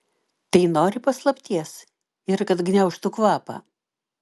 tai nori paslapties ir kad gniaužtų kvapą